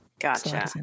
Gotcha